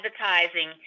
advertising